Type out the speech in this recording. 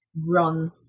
run